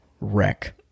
wreck